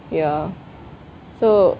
ya so